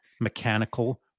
mechanical